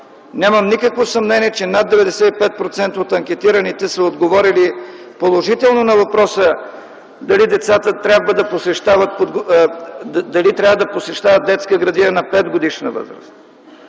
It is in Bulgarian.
Нямам никакво съмнение, че над 95% от анкетираните са отговорили положително на въпроса дали децата трябва да посещават детска градина на петгодишна възраст.